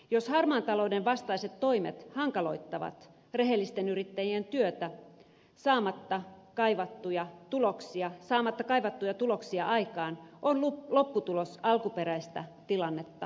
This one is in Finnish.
jos harmaan talouden vastaiset toimet hankaloittavat rehellisten yrittäjien työtä saamatta kaivattuja tuloksia aikaan on lopputulos alkuperäistä tilannetta pahempi